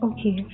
Okay